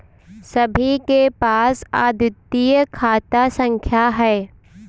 सभी के पास अद्वितीय खाता संख्या हैं